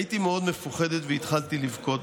הייתי מאוד מפוחדת והתחלתי לבכות.